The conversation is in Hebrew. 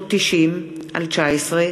מס עיזבון,